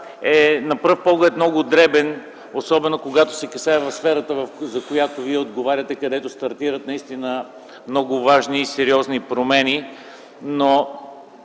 би на пръв поглед въпросът е много дребен, особено когато се касае за сферата, в която Вие отговаряте, където стартират наистина много важни и сериозни промени, но